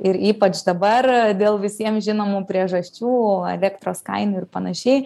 ir ypač dabar dėl visiem žinomų priežasčių elektros kainų ir panašiai